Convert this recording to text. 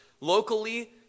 locally